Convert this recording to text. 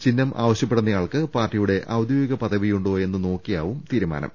ചിഹ്നം ആവശ്യപ്പെടുന്ന യാൾക്ക് പാർട്ടിയുടെ ഔദ്യോഗിക പദവിയുണ്ടോ എന്ന് നോക്കിയാവും തീരുമാനം